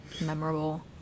memorable